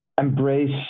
Embrace